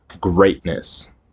greatness